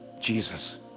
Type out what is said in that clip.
Jesus